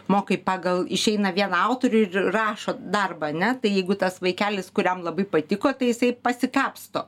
mokai pagal išeina vieną autorių rašo darbą ne tai jeigu tas vaikelis kuriam labai patiko tai jisai pasikapsto